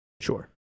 Sure